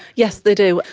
yes, they do.